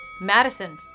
Madison